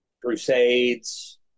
Crusades